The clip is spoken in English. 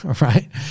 right